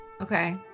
Okay